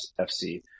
FC